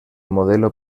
modelo